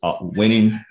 winning